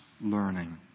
learning